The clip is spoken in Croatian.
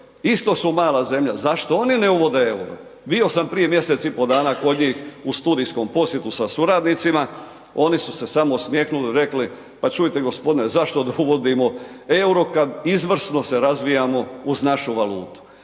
isto su mala zemlja, zašto oni ne uvode euro? Bio sam prije mjesec i pol dana kod njih u studijskom posjetu sa suradnicima, oni su se samo osmjehnuli i rekli pa čujte gospodine, zašto da uvodimo euro kad izvrsno se razvijamo uz našu valutu.